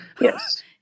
Yes